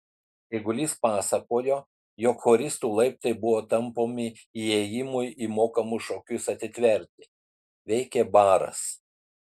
eigulys pasakojo jog choristų laiptai buvo tampomi įėjimui į mokamus šokius atitverti veikė baras